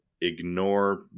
ignore